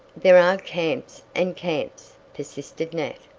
there are camps, and camps, persisted nat.